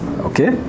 Okay